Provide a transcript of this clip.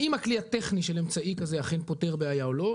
האם הכלי הטכני של אמצעי כזה אכן פותר בעיה או לא.